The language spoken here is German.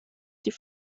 die